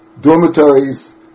Dormitories